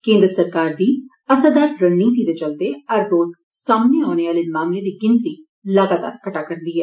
केन्द्र सरकार दी असरदार रणनीति दे चलदे हर रोज सामने औने आहले मामलें दी गिनतरी लगातार घटै करदी ऐ